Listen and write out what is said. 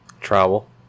Travel